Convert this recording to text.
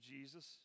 Jesus